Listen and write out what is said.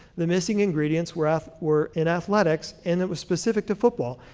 the missing ingredients were um were in athletics, and it was specific to football,